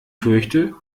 fürchte